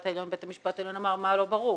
העליון ובית המשפט העליון שאל מה לא ברור,